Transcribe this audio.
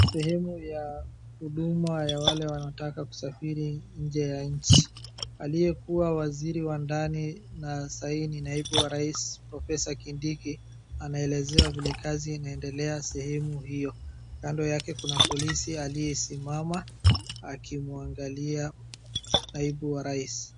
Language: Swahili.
Sehemu ya huduma ya wale wanataka kusafiri nje ya nchi. Aliyekuwa waziri wa ndani na sai ni naibu wa rais Professor Kindiki anaelezewa vile kazi inaendelea sehemu hio. Kando yake kuna polisi aliyesimama akimwangalia naibu wa rais.